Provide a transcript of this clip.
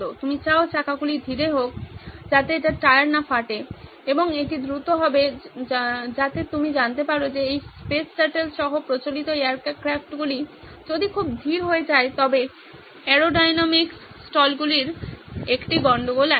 আপনি চান চাকাগুলি ধীর হোক যাতে এটির টায়ার না ফাটে এবং এটি দ্রুত হতে হবে যাতে আপনি জানতে পারেন যে এই স্পেসশাটল সহ প্রচলিত এয়ারক্রাফটগুলি যদি খুব ধীর হয়ে যায় তবে এরোডাইনামিক্স স্টলগুলির একটি গণ্ডগোল আছে